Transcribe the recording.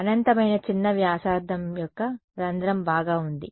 అనంతమైన చిన్న వ్యాసార్థం యొక్క రంధ్రం బాగా ఉంది